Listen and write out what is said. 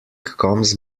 comes